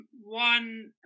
one